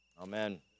Amen